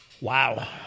Wow